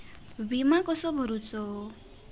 विमा कसो भरूचो?